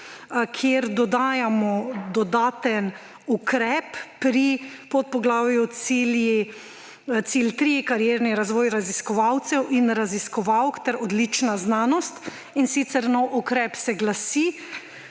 kjer dodajamo dodaten ukrep pri podpoglavju »Cilj 3. Karierni razvoj raziskovalcev in raziskovalk ter odlična znanost«. In sicer, nov ukrep se glasi: